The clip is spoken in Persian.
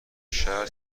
شهر